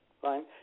fine